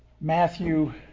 Matthew